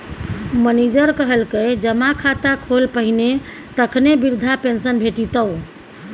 manager कहलकै जमा खाता खोल पहिने तखने बिरधा पेंशन भेटितौ